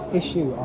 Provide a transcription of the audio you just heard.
issue